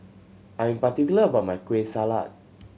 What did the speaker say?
I am particular about my Kueh Salat